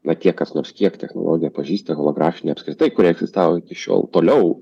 va tie kas nors kiek technologiją pažįsta holografinę apskritai kuri egzistavo iki šiol toliau